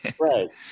right